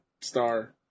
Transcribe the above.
star